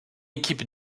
équipe